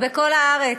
בכל הארץ.